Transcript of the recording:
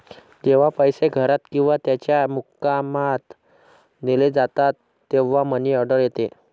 जेव्हा पैसे घरात किंवा त्याच्या मुक्कामात नेले जातात तेव्हा मनी ऑर्डर येते